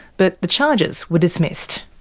but the charges were dismissed.